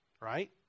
right